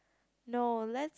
no let's